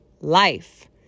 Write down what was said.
life